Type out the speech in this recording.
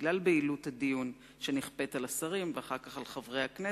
בגלל בהילות הדיון שנכפית על השרים ואחר כך על חברי הכנסת,